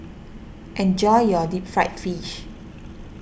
enjoy your Deep Fried Fish